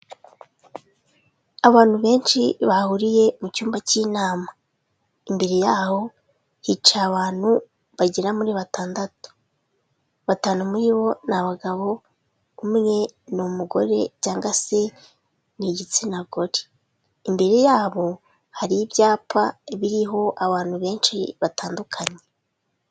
Abantu benshi bahuriye mu cyumba k'inama. Imbere yaho hicaye abantu bagera muri batandatu, batanu muri bo ni abagabo, umwe ni umugore cyanga se ni igitsina gore, imbere yabo hari ibyapa biriho abantu benshi batandukanye.